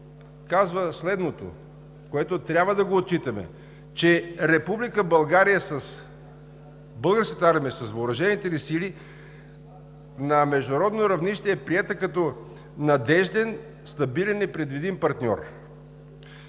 казва следното, което трябва да отчитаме, че Република България с Българската армия, с въоръжените ни сили на международно равнище е приета като надежден, стабилен и предвидим партньор.